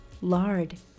lard